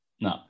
No